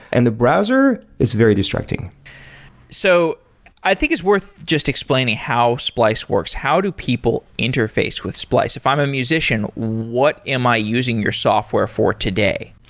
and the browser is very distracting so i think it's worth just explaining how splice works, how do people interface with splice? if i'm a musician, what am i using your software for today?